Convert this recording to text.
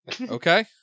Okay